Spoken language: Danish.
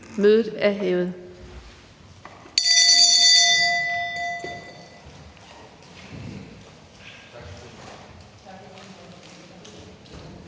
Mødet er hævet.